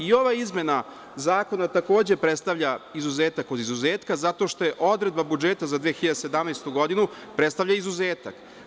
Ova izmena zakona takođe predstavlja izuzetak od izuzetka zato što je odredba budžeta za 2017. godinu predstavlja izuzetak.